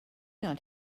not